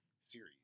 Series